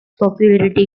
popularity